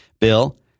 Bill